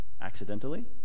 accidentally